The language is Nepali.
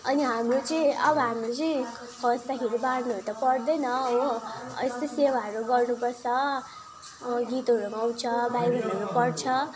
अनि हाम्रो चाहिँ अब हाम्रो चाहिँ खस्दाखेरि बार्नुहरू त पर्दैन हो यस्तै सेवाहरू गर्नुपर्छ गीतहरू गाउँछ बाइबलहरू पढ्छ